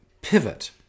pivot